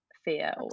fear